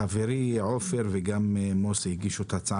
חבריי עופר כסיף ומוסי רז הגישו את ההצעה